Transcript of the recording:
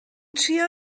trio